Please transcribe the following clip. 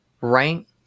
Right